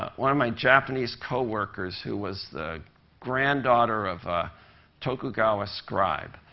one of my japanese co-workers, who was the granddaughter of a tokugawa scribe,